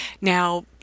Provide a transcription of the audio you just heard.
Now